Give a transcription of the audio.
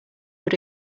what